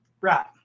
Right